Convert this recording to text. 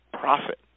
profit